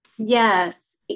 Yes